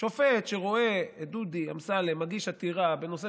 שופט שרואה את דודי אמסלם מגיש עתירה בנושא